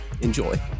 enjoy